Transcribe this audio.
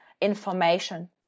information